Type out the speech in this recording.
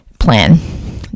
plan